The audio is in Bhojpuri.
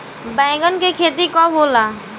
बैंगन के खेती कब होला?